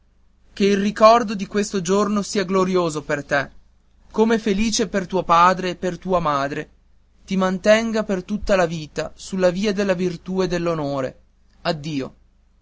che il ricordo di questo giorno così glorioso per te così felice per tuo padre e per tua madre ti mantenga per tutta la vita sulla via della virtù e dell'onore addio